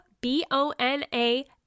B-O-N-A